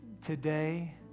today